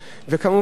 וכמובן,